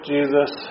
Jesus